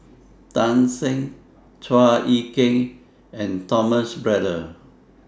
Tan Shen Chua Ek Kay and Thomas Braddell